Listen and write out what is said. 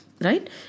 right